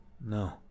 No